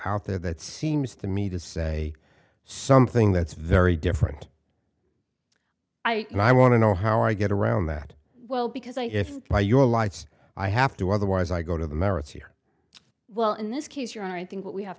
out there that seems to me to say something that's very different and i want to know how i get around that well because i if by your lights i have to otherwise i go to the merits here well in this case your honor i think what we have